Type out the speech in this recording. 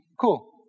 Cool